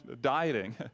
dieting